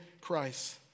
Christ